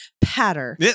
pattern